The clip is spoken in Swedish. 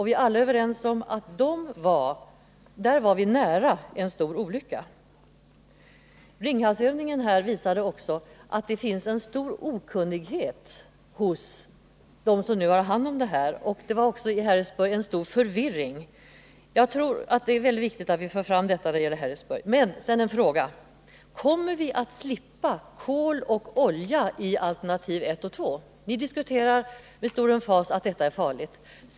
Vi är alla överens om att där var vi nära en stor olycka. Ringhalsövningen visade också att det finns en stor okunnighet hos dem som nu har hand om detta. Det var också i Harrisburg en stor förvirring. Jag tror att det är väldigt viktigt att vi för fram detta när det gäller Harrisburg. Men sedan en fråga: Kommer vi att slippa kol och olja i alternativen 1 och 2? Ni menar i era diskussioner att dessa energislag är farliga.